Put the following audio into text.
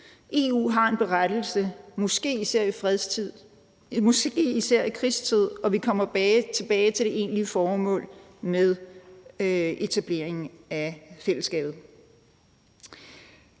EU har en berettigelse, måske især i krigstid, og vi kommer tilbage til det egentlige formål med etableringen af fællesskabet.